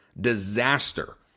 disaster